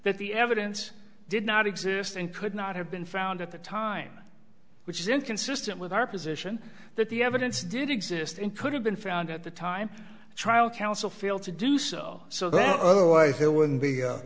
that the evidence did not exist and could not have been found at the time which is inconsistent with our position that the evidence did exist in could have been found at the time trial counsel failed to do so so that there wouldn't be